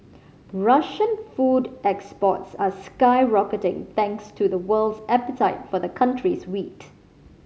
Russian food exports are skyrocketing thanks to the world's appetite for the country's wheat